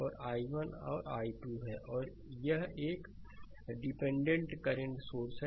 और i1 और i2 है और यह एक डिपेंडेंटdependent करंट सोर्स है